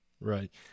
Right